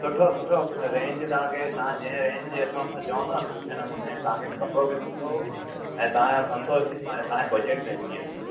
सुठो सुठो मना रेन्ज तव्हां खे तव्हां जंहिं रेन्ज जे हिसाब सां चवंदा सुठे नमूने तव्हां खे कपिड़ो बि सुठो ऐं तव्हांजे संतोष थींदो तव्हांजे बजट में अची वेंदव